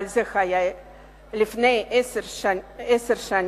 אבל זה היה לפני עשר שנים.